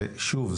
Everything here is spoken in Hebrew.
ושוב,